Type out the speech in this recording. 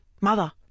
mother